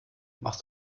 machst